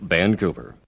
Vancouver